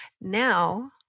Now